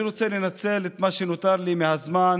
אני רוצה לנצל את מה שנותר לי מהזמן,